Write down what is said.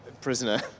Prisoner